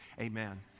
Amen